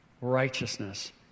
Righteousness